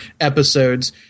episodes